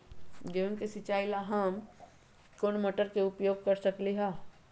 गेंहू के सिचाई ला हम कोंन मोटर के उपयोग कर सकली ह?